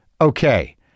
Okay